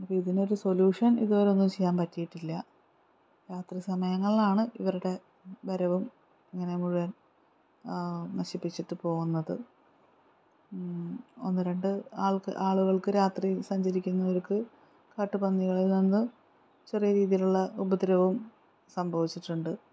അപ്പോൾ ഇതിനൊരു സൊല്യൂഷൻ ഇതുവരെ ഒന്നും ചെയ്യാൻ പറ്റിയിട്ടില്ല രാത്രി സമയങ്ങളിലാണ് ഇവരുടെ വരവും ഇങ്ങനെ മുഴുവൻ നശിപ്പിച്ചിട്ട് പോകുന്നത് ഒന്ന് രണ്ട് ആൾക്ക് ആളുകൾക്ക് രാത്രി സഞ്ചരിക്കുന്നവർക്ക് കാട്ടുപന്നികളിൽ നിന്ന് ചെറിയ രീതിയിലുള്ള ഉപദ്രവവും സംഭവിച്ചിട്ടുണ്ട്